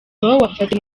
wafatiwe